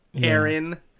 Aaron